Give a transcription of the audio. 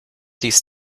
dies